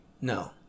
No